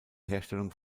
herstellung